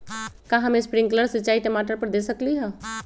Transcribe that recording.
का हम स्प्रिंकल सिंचाई टमाटर पर दे सकली ह?